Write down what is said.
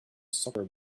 soccer